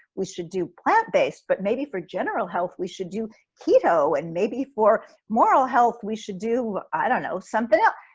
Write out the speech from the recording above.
we should do plant-based but maybe for general health, we should do keto and maybe for moral health we should do i don't know something else.